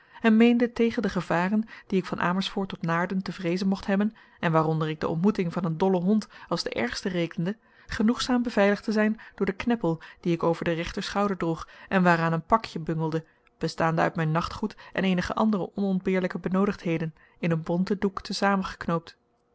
en meende tegen de gevaren die ik van amersfoort tot naarden te vreezen mocht hebben en waaronder ik de ontmoeting van een dollen hond als de ergste rekende genoegzaam beveiligd te zijn door den kneppel dien ik over den rechterschouder droeg en waar aan een pakje bungelde bestaande uit mijn nachtgoed en eenige andere onontbeerlijke benoodigdheden in een bonten doek te